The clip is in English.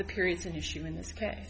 the periods an issue in this ca